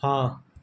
હા